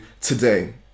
today